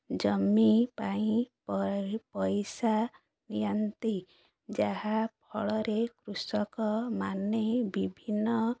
ଜମି ପାଇଁ ପ ପଇସା ନିଅନ୍ତି ଯାହା ଫଳରେ କୃଷକମାନେ ବିଭିନ୍ନ